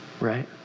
right